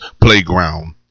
Playground